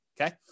okay